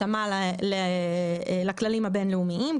התאמה לכללים הבינלאומיים.